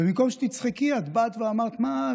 ובמקום שתצחקי את באת ואמרת: מה,